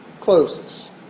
closes